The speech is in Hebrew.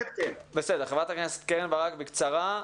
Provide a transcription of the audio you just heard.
בבקשה, חברת הכנסת קרן ברק, בקצרה.